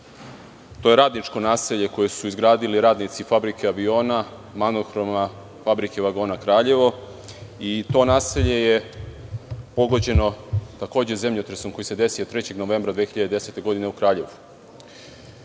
To je radničko naselje koje su izgradili radnici Fabrike aviona Kraljevo i „Magnohroma“ i to naselje je pogođeno takođe zemljotresom koji se desio 3. novembra 2010. godine u Kraljevu.